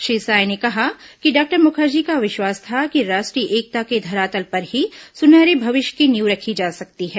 श्री साय ने कहा कि डॉक्टर मुखर्जी का विश्वास था कि राष्ट्रीय एकता के धरातल पर ही सुनहरे भविष्य की नींव रखी जा सकती है